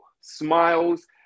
smiles